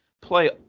play